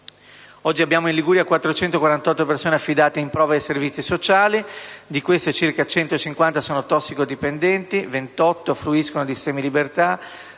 Oggi abbiamo in Liguria 448 persone affidate in prova ai servizi sociali: di queste, circa 150 sono tossicodipendenti, 28 fruiscono di semilibertà,